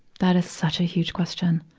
that is such a huge question,